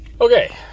Okay